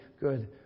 good